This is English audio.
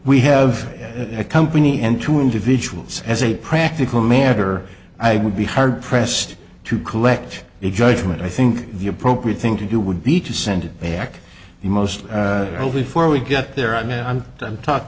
we have a company and two individuals as a practical matter i would be hard pressed to collect a judgment i think the appropriate thing to do would be to send it back the most or all before we get there i mean i'm done talking